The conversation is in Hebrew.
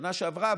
בשנה שעברה,